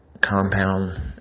compound